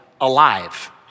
Alive